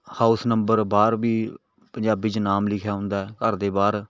house number ਬਾਹਰ ਵੀ ਪੰਜਾਬੀ 'ਚ ਨਾਮ ਲਿਖਿਆ ਹੁੰਦਾ ਘਰ ਦੇ ਬਾਹਰ